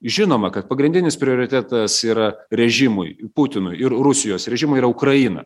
žinoma kad pagrindinis prioritetas yra režimui putinui ir rusijos režimui yra ukraina